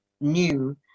new